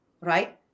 right